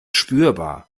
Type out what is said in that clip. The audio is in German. spürbar